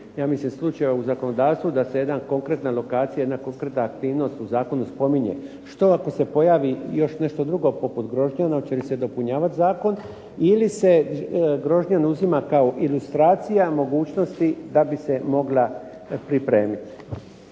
ja mislim slučajeva u zakonodavstvu da se jedna konkretna lokacija, jedna konkretna aktivnost u zakonu spominje. Što ako se pojavi još nešto drugo poput Grožnjana hoće li se popunjavati zakon ili se Grožnjan uzima kao ilustracija mogućnosti da bi se mogla pripremiti?